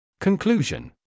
Conclusion